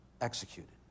executed